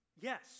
Yes